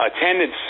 attendance